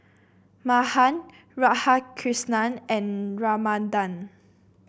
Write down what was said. Mahan Radhakrishnan and Ramanand